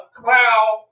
cloud